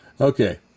Okay